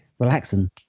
Relaxing